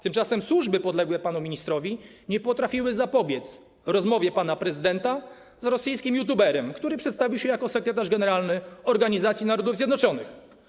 Tymczasem służby podległe panu ministrowi nie potrafiły zapobiec rozmowie pana prezydenta z rosyjskim youtuberem, który przedstawił się jako sekretarz generalny Organizacji Narodów Zjednoczonych.